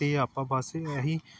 ਅਤੇ ਆਪਾਂ ਬਸ ਇਹ ਹੀ